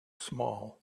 small